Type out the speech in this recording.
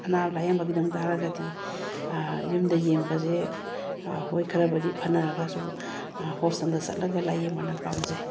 ꯑꯅꯥꯕ ꯂꯥꯏꯌꯦꯡꯕꯒꯤꯗꯃꯛꯇ ꯍꯥꯏꯔꯒꯗꯤ ꯌꯨꯝꯗ ꯌꯦꯡꯕꯁꯦ ꯍꯣꯏ ꯈꯔꯕꯨꯗꯤ ꯐꯅꯔꯒꯁꯨ ꯍꯣꯁꯄꯤꯇꯥꯜꯗ ꯆꯠꯂꯒ ꯂꯥꯏꯌꯦꯡꯕꯅ ꯄꯥꯝꯖꯩ